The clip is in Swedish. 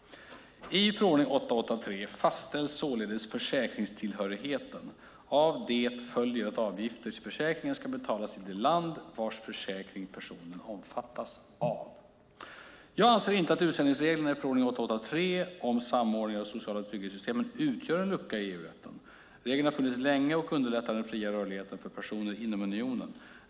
I förordning 883 2004 om samordning av de sociala trygghetssystemen utgör en lucka i EU-rätten. Regeln har funnits länge och underlättar den fria rörligheten för personer inom unionen.